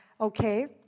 Okay